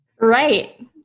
Right